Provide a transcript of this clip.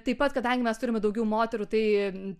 taip pat kadangi mes turime daugiau moterų tai